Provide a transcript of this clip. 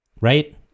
right